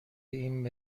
این